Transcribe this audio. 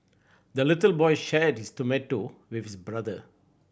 the little boy shared his tomato with his brother